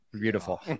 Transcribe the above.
Beautiful